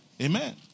Amen